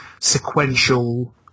sequential